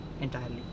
entirely